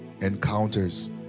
encounters